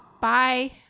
bye